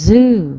Zoo